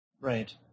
right